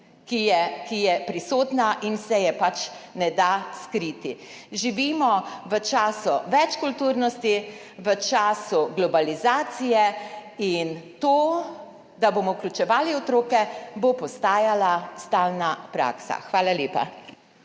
ki je prisotna in se je ne da skriti. Živimo v času večkulturnosti, v času globalizacije, in to, da bomo vključevali otroke, bo postajala stalna praksa. Hvala lepa.